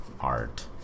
art